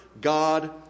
God